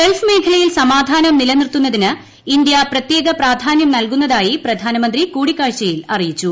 Gulf മേഖലയ്യിൽ സമാധാനം നിലനിർത്തുന്നതിന് ഇന്ത്യ പ്രത്യേക പ്രാധാന്യം നൽക്കുന്നതായി പ്രധാനമന്ത്രി കൂടിക്കാഴ്ചയിൽ അറിയിച്ചു